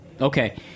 Okay